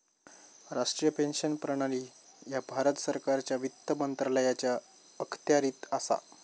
राष्ट्रीय पेन्शन प्रणाली ह्या भारत सरकारच्या वित्त मंत्रालयाच्या अखत्यारीत असा